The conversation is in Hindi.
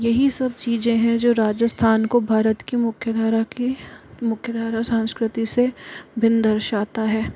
यही सब चीज़ें हैं जो राजस्थान को भारत कि मुख्यधारा की मुख्यधारा सांस्कृती से भिन्न दर्शाता है